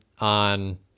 on